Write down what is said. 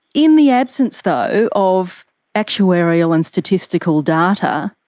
in the absence, though, of actuarial and statistical data,